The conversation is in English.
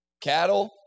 Cattle